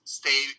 stay